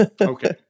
Okay